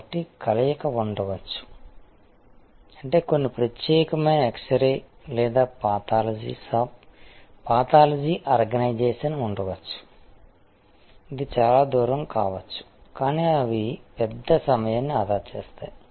కాబట్టి కలయిక ఉండవచ్చు అంటే కొన్ని ప్రత్యేకమైన ఎక్స్ రే లేదా పాథాలజీ షాప్ పాథాలజీ ఆర్గనైజేషన్ ఉండవచ్చు ఇది చాలా దూరం కావచ్చు కానీ అవి ఎక్కువ సమయాన్ని ఆదా చేస్తాయి